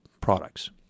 products